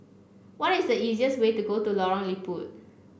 what is the easiest way to go to Lorong Liput